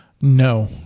No